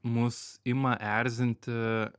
mus ima erzinti